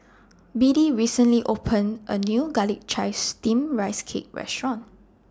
Biddie recently opened A New Garlic Chives Steamed Rice Cake Restaurant